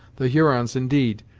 the hurons, indeed,